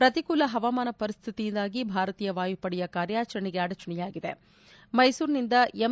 ಪ್ರತಿಕೂಲ ಹವಾಮಾನ ಪರಿಸ್ಲಿತಿಯಿಂದಾಗಿ ಭಾರತೀಯ ವಾಯುಪಡೆಯ ಕಾರ್ಯಾಚರಣೆಗೆ ಅಡಚಣೆಯಾಗಿದೆ ಮೈಸೂರಿನಿಂದ ಎಂ